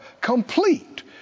Complete